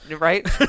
right